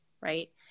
right